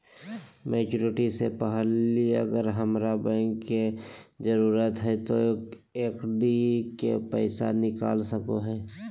Maturity से पहले अगर हमरा पैसा के जरूरत है तो एफडी के पैसा निकल सको है?